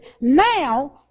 now